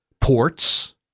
ports